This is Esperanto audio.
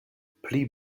pli